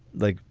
like,